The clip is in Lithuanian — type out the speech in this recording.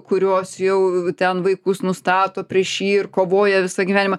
kurios jau ten vaikus nustato prieš jį ir kovoja visą gyvenimą